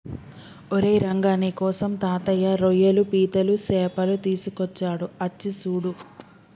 ఓరై రంగ నీకోసం తాతయ్య రోయ్యలు పీతలు సేపలు తీసుకొచ్చాడు అచ్చి సూడు